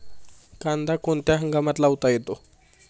कांदा कोणत्या हंगामात लावता येतो?